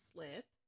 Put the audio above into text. Slip